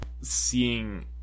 seeing